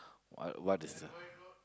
what what is the